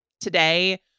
today